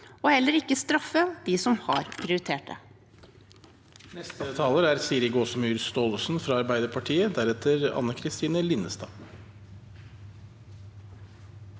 men heller ikke straffer dem som har prioritert det.